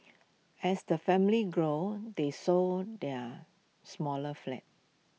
as the family grew they sold their smaller flats